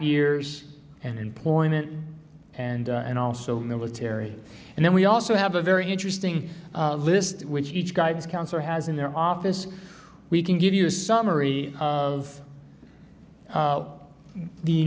years and employment and and also military and then we also have a very interesting list which each guidance counselor has in their office we can give you a summary of